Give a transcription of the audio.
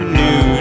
new